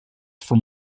from